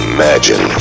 Imagine